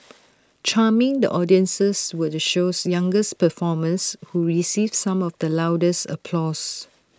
charming the audiences were the show's youngest performers who received some of the loudest applause